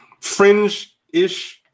fringe-ish